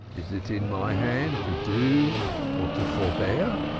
is it in my hand to do or to forbear?